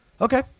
okay